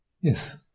Yes